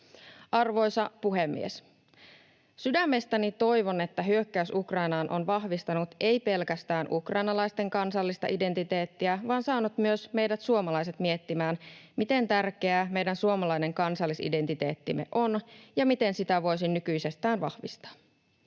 Arvoisa puhemies! Sydämestäni toivon, että hyökkäys Ukrainaan on vahvistanut ei pelkästään ukrainalaisten kansallista identiteettiä vaan saanut myös meidät suomalaiset miettimään, miten tärkeä meidän suomalainen kansallisidentiteettimme on ja miten sitä voisi nykyisestään vahvistaa.